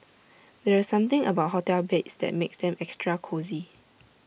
there's something about hotel beds that makes them extra cosy